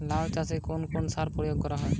লাউ চাষে কোন কোন সার প্রয়োগ করা হয়?